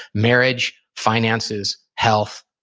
marriage, finances, health,